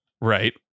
Right